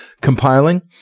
compiling